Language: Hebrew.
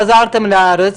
חזרתם לארץ,